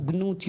הוגנות,